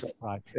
Right